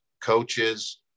coaches